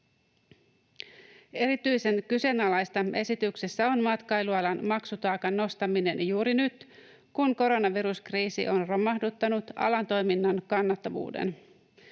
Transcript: Erityisen kyseenalaista esityksessä on matkailualan maksutaakan nostaminen juuri nyt, kun koronaviruskriisi on romahduttanut alan toiminnan kannattavuuden.